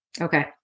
Okay